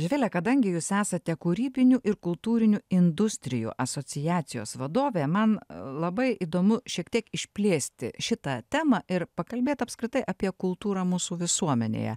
živile kadangi jūs esate kūrybinių ir kultūrinių industrijų asociacijos vadovė man labai įdomu šiek tiek išplėsti šitą temą ir pakalbėt apskritai apie kultūrą mūsų visuomenėje